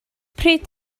pryd